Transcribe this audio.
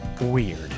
weird